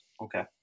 Okay